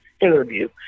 interview